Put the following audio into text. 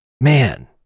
man